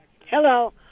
Hello